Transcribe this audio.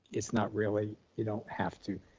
it's not really, you don't have to.